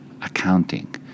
accounting